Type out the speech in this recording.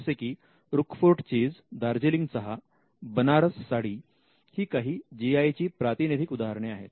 जसे की Roquefort cheese Darjeeling चहा बनारस साडी ही काही जी आय् ची प्रातिनिधिक उदाहरणे आहेत